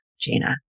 Gina